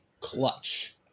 Clutch